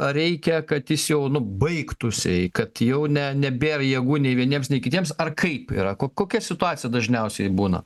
reikia kad jis jau nu baigtųsi kad jau ne nebėra jėgų nei vieniems nei kitiems ar kaip yra kokia situacija dažniausiai būna